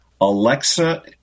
Alexa